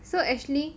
so actually